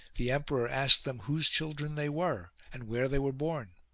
the emperor asked them whose children they were, and where they were born.